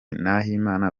nahimana